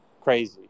crazy